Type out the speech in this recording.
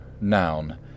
noun